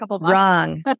wrong